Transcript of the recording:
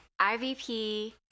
IVP